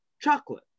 chocolate